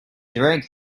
drank